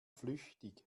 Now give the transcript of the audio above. flüchtig